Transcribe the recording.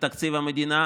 לתקציב המדינה.